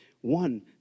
One